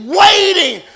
waiting